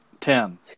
Ten